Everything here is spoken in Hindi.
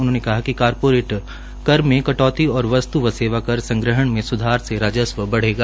उन्होंने कहा कि कॉरपोरेट कर में कटौती और वस्त् व सेवाकर संग्रहालय में स्धार से राजस्व बढ़ेगा